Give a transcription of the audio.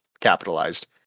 capitalized